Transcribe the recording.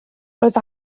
roedd